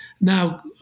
Now